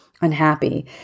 unhappy